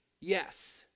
yes